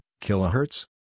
kilohertz